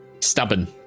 stubborn